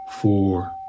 four